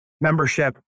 membership